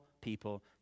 people